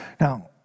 Now